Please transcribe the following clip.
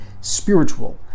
spiritual